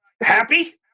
Happy